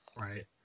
Right